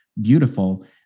beautiful